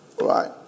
right